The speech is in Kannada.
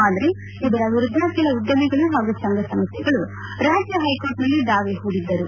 ಆದರೆ ಇದರ ವಿರುದ್ಧ ಕೆಲ ಉದ್ದಿಮೆಗಳು ಪಾಗೂ ಸಂಘಸಂಸ್ಟೆಗಳು ರಾಜ್ಯ ಹೈಕೋರ್ಟ್ನಲ್ಲಿ ದಾವೆ ಹುಡಿದ್ದರು